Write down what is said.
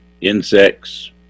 insects